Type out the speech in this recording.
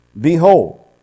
Behold